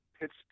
pitched